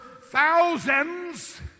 thousands